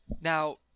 Now